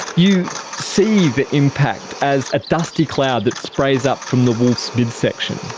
you see the impact as a dusty cloud that sprays up from the wolf's midsection.